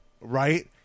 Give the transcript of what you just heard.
right